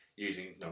using